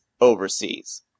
overseas